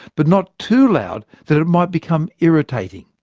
but not too loud that it might become irritating.